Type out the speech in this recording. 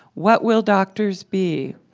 what will doctors be?